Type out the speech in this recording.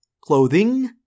Clothing